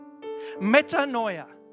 Metanoia